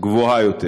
גבוהה יותר.